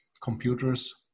computers